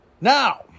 Now